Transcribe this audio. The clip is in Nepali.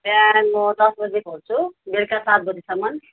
बिहान म दस बजी खोल्छु बेलुका सात बजीसम्म